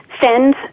send